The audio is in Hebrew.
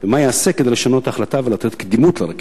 2. מה ייעשה כדי לשנות את ההחלטה ולתת קדימות לרכבת?